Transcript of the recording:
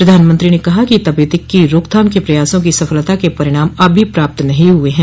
प्रधानमंत्री ने कहा कि तपेदिक की रोकथाम के प्रयासों की सफलता के परिणाम अभी प्राप्त नहीं हुए हैं